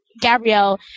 Gabrielle